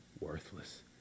worthless